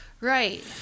Right